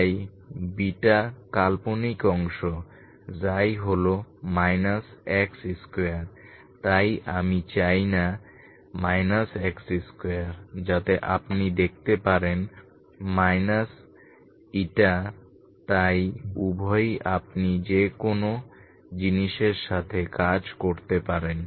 তাই কাল্পনিক অংশ হল x2 তাই আমি চাই না x2 যাতে আপনি দেখতে পারেন η তাই উভয়ই আপনি যে কোনো জিনিসের সাথে কাজ করতে পারেন